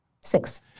Six